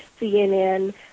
CNN